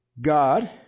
God